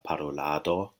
parolado